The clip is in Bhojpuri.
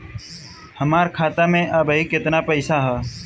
हमार खाता मे अबही केतना पैसा ह?